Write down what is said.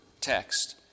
text